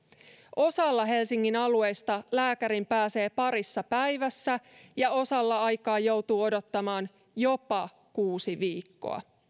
osalla helsingin alueista lääkäriin pääsee parissa päivässä ja osalla aikaa joutuu odottamaan jopa kuusi viikkoa